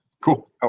Cool